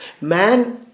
Man